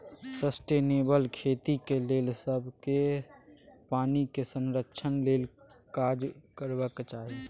sustainable खेतीक लेल सबकेँ पानिक संरक्षण लेल काज करबाक चाही